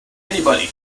anybody